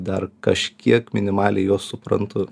dar kažkiek minimaliai juos suprantu